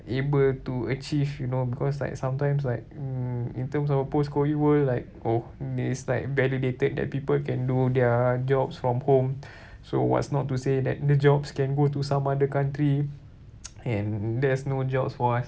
able to achieve you know because like sometimes like mm in terms of post COVID world like oh it's like validated that people can do their jobs from home so what's not to say that the jobs can go to some other country and there's no jobs for us